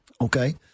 Okay